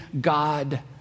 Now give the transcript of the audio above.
God